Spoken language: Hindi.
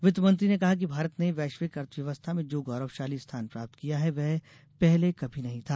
वित्त मंत्री ने कहा कि भारत ने वैश्विक अर्थव्यवस्था में जो गौरवशाली स्थान प्राप्त किया है वह पहले कभी नहीं था